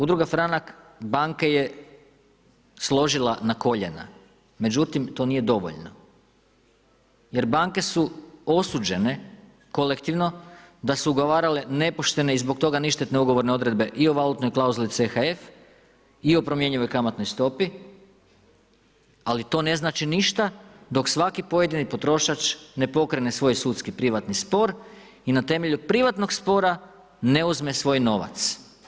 Udruga Franak, banke je složila na koljena, međutim, to nije dovoljno, jer banke su osuđene, kolektivno, da su ugovarale nepoštene i zbog toga Ništetna ugovorne odredbe i o valutnoj klauzuli CHF i o promjenjivoj kamatnoj stopi, ali to ne znači ništa dok svaki pojedini potrošač ne pokrene svoj sudski privatni spor i na temelju privatnog spora ne uzme svoj novac.